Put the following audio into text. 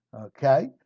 Okay